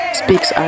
speaks